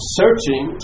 searching